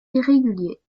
irrégulier